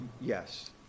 Yes